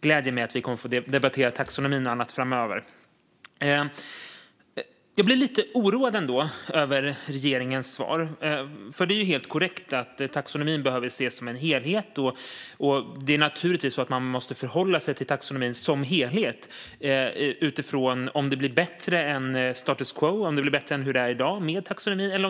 gläder mig att vi kommer att få debattera taxonomin och annat framöver. Jag blir ändå lite oroad över regeringens svar. Det är ju helt korrekt att taxonomin behöver ses som en helhet, och det är naturligtvis så att man måste förhålla sig till taxonomin som helhet utifrån om det blir bättre än status quo - alltså utifrån om det blir bättre eller sämre än i dag med taxonomin.